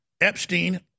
Epstein